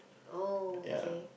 oh K